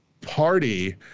party